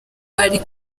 ari